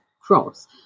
cross